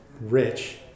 rich